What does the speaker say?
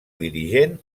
dirigent